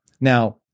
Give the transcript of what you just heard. Now